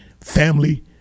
family